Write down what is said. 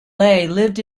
lived